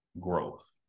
growth